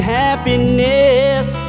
happiness